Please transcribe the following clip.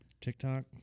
TikTok